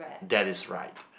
that is right